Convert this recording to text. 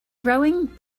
growing